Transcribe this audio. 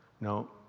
No